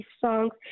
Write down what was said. songs